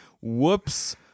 Whoops